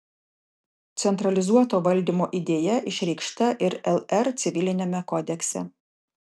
centralizuoto valdymo idėja išreikšta ir lr civiliniame kodekse